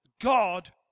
God